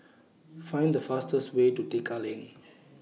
Find The fastest Way to Tekka Lane